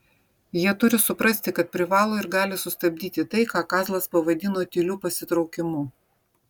jie turi suprasti kad privalo ir gali sustabdyti tai ką kazlas pavadino tyliu pasitraukimu